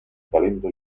talento